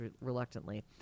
reluctantly